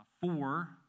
four